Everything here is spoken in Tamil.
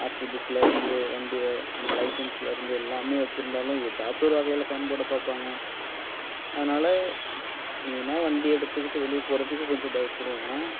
ஆர்சி புக்லேருந்து வண்டியை நம்ம லைசன்ஸ்லேருந்து எல்லாமே வைச்சுருந்தாலும் ஏதாச்சும் ஒரு வகையில் ஃபைன் போட பார்ப்பாங்க அதனால் மெயினாக வண்டி எடுத்துக்கிட்டு வெளியே போறதுக்கு கொஞ்சம் பயப்படுவோம்